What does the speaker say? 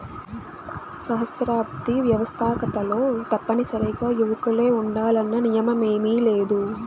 సహస్రాబ్ది వ్యవస్తాకతలో తప్పనిసరిగా యువకులే ఉండాలన్న నియమేమీలేదు